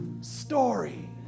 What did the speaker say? story